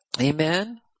Amen